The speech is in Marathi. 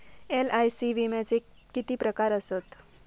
एल.आय.सी विम्याचे किती प्रकार आसत?